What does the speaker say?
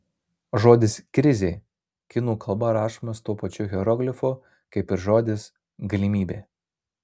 žodis krizė kinų kalba rašomas tuo pačiu hieroglifu kaip ir žodis galimybė